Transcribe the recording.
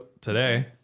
today